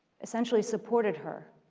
essentially supported her,